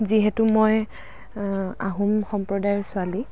যিহেতু মই আহোম সম্প্ৰদায়ৰ ছোৱালী